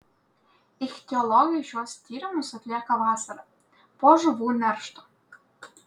ichtiologai šiuos tyrimus atlieka vasarą po žuvų neršto